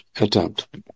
attempt